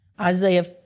Isaiah